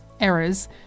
errors